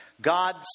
God